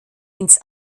ins